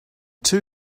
two